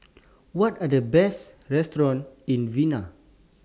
What Are The Best restaurants in Vienna